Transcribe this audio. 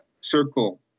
circle